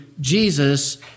Jesus